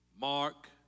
Mark